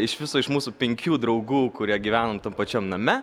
iš viso iš mūsų penkių draugų kurie gyvenom tam pačiam name